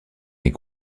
est